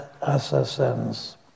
assassins